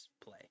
play